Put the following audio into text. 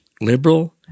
liberal